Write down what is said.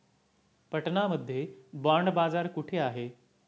पटना मध्ये बॉंड बाजार कुठे आहे?